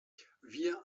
wir